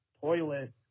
toilet